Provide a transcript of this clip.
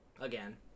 Again